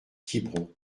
quiberon